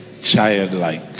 childlike